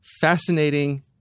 fascinating